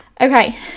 Okay